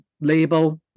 label